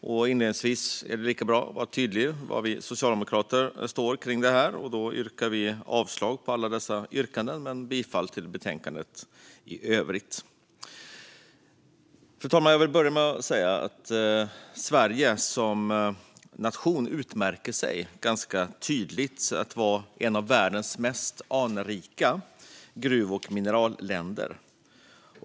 Jag vill inledningsvis vara tydlig med var vi socialdemokrater står i detta, och därför yrkar jag bifall till utskottets förslag och avslag på alla reservationer. Fru talman! Sverige som nation utmärker sig som varande ett av världens mest anrika gruv och mineralländer.